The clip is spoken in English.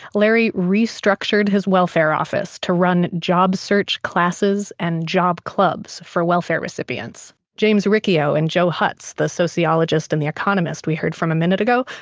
larry restructured his welfare office to run job search classes and job clubs for welfare recipients james riccio and joe hotz, the sociologist and the economist we heard from a minute ago,